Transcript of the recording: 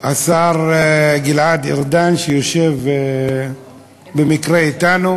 השר גלעד ארדן, שיושב במקרה אתנו.